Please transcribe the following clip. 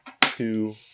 two